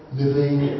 living